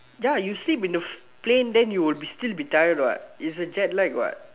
ya you sleep in the plane then you will be still be tired what it's a jetlag what